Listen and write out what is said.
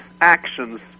actions